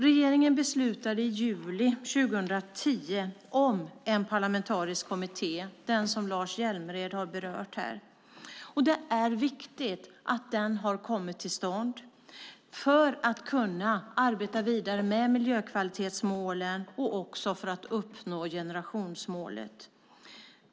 Regeringen beslutade i juli 2010 att tillsätta en parlamentarisk kommitté, den som Lars Hjälmered har berört här. Det är viktigt att den har kommit till stånd för att arbeta vidare med miljökvalitetsmålen och för att uppnå generationsmålet.